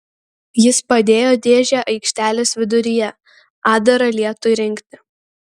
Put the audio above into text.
jis padėjo dėžę aikštelės viduryje atdarą lietui rinkti